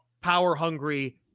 power-hungry